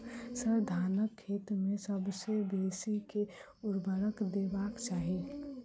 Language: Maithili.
सर, धानक खेत मे सबसँ बेसी केँ ऊर्वरक देबाक चाहि